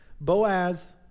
Boaz